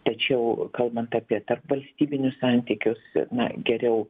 tačiau kalbant apie tarpvalstybinius santykius na geriau